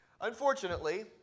Unfortunately